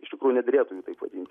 iš tikrųjų nederėtų jų taip vadinti